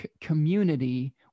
community